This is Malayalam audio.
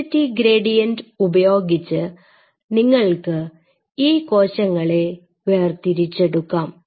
ഡെൻസിറ്റി ഗ്രേഡിയന്റ് ഉപയോഗിച്ച് നിങ്ങൾക്ക് ഈ കോശങ്ങളെ വേർതിരിച്ചെടുക്കാം